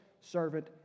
servant